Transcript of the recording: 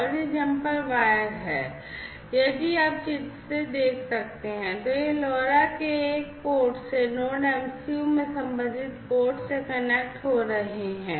और ये jumper wire यदि आप चित्र से देख सकते हैं तो यह LoRa के एक पोर्ट से Node MCU में संबंधित पोर्ट से कनेक्ट हो रहे हैं